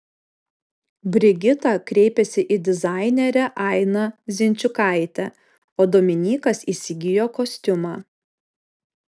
brigita kreipėsi į dizainerę ainą zinčiukaitę o dominykas įsigijo kostiumą